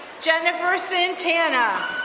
jennifer santana,